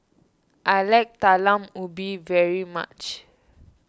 I like Talam Ubi very much